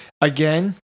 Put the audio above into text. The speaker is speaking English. again